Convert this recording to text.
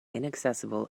inaccessible